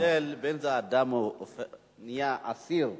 אבל בכל זאת יש הבדל אם אדם נהיה אסיר כאסיר,